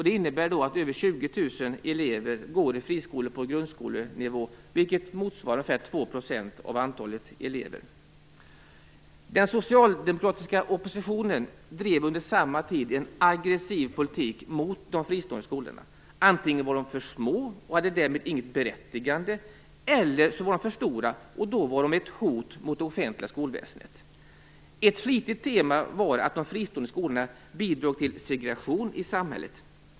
Det innebär att över 20 000 elever går i friskolor på grundskolenivå, vilket motsvarar ungefär 2 % av alla elever. Den socialdemokratiska oppositionen drev under samma tid en aggressiv politik mot de fristående skolorna. Antingen var de för små och hade därmed inget berättigande eller också var de för stora och då var de ett hot mot det offentliga skolväsendet. Ett flitigt tema var att de fristående skolorna bidrog till segregation i samhället.